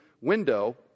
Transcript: window